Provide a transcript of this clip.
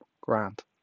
Grand